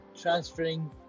transferring